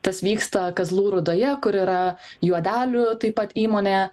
tas vyksta kazlų rūdoje kur yra juodelių taip pat įmonė